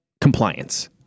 compliance